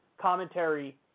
commentary